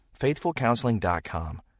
FaithfulCounseling.com